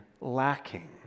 lacking